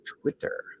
twitter